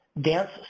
dance